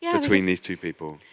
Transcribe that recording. yeah between these two people.